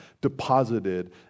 deposited